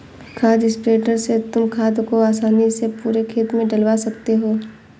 खाद स्प्रेडर से तुम खाद को आसानी से पूरे खेत में डलवा सकते हो